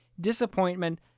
disappointment